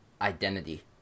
identity